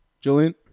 Julian